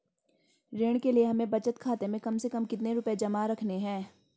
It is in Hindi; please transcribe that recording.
ऋण के लिए हमें बचत खाते में कम से कम कितना रुपये जमा रखने हैं?